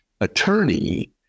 attorney